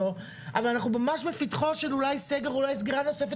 אבל אנחנו ממש בפתחו של סגר או אולי סגירה נוספת